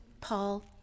Paul